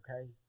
okay